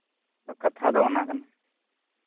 ᱠᱟᱛᱷᱟ ᱫᱚ ᱚᱱᱟ ᱠᱟᱱᱟ